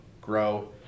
grow